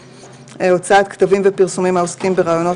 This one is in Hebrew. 2. הוצאת כתבים ופרסומים העוסקים ברעיונות